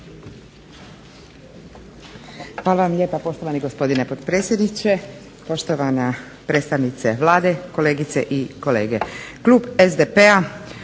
Hvala vam lijepa poštovani gospodine potpredsjedniče, poštovana predstavnice Vlade, kolegice i kolege. Klub SDP-a